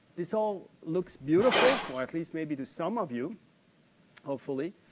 this all looks beautiful, well at least maybe to some of you hopefully,